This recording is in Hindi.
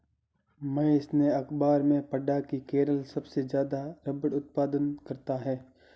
महेश ने अखबार में पढ़ा की केरल सबसे ज्यादा रबड़ उत्पादन करता है